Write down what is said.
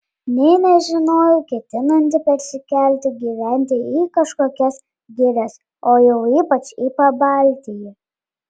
nė nežinojau ketinanti persikelti gyventi į kažkokias girias o jau ypač į pabaltijį